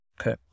Okay